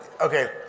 okay